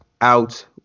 out